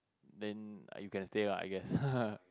then ah you can stay lah I guess